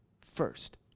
first